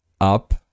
up